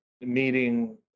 meeting